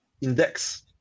index